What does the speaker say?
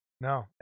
No